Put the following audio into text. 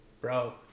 Bro